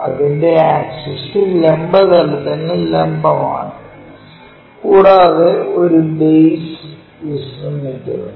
അതിന്റെ ആക്സിസ് ലംബ തലത്തിനു ലംബം ആണ് കൂടാതെ ഒരു ബേസ് വിശ്രമിക്കുന്നു